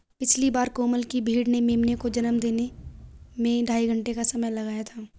पिछली बार कोमल की भेड़ ने मेमने को जन्म देने में ढाई घंटे का समय लगाया था